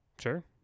sure